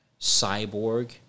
cyborg